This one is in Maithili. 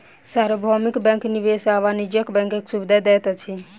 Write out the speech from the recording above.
सार्वभौमिक बैंक निवेश आ वाणिज्य बैंकक सुविधा दैत अछि